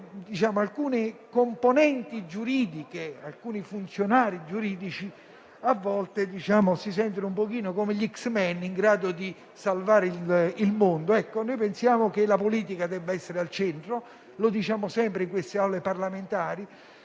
alcune componenti giuridiche e alcuni funzionari giuridici si sentono, come gli x-men, in grado di salvare il mondo. Noi pensiamo invece che la politica debba essere al centro, come ripetiamo sempre in queste Aule parlamentari.